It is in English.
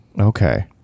Okay